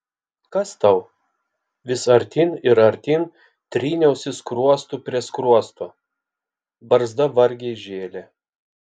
kas tau vis artyn ir artyn tryniausi skruostu prie skruosto barzda vargiai žėlė